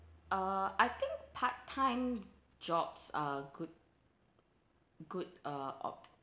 uh I think part time jobs are good good uh op~